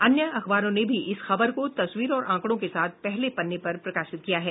अन्य अखबारों ने भी इस खबर को तस्वीर और आंकड़ों के साथ पहले पन्ने पर प्रकाशित किया है